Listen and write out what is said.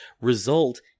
result